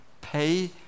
Pay